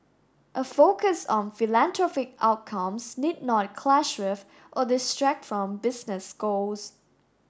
a focus on philanthropic outcomes need not clash with or distract from business goals